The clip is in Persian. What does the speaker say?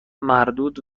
مردود